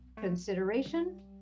consideration